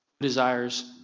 desires